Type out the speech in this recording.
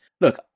Look